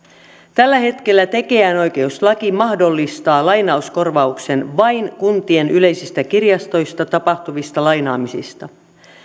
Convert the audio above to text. tällä hetkellä tekijänoikeuslaki mahdollistaa lainauskorvauksen vain kuntien yleisistä kirjastoista tapahtuvista lainaamisista